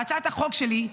בהצעת החוק שלי,